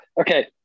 Okay